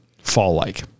fall-like